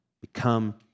become